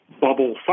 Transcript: bubble